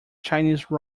chinese